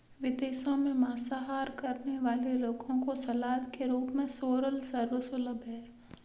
विदेशों में मांसाहार करने वाले लोगों को सलाद के रूप में सोरल सर्व सुलभ है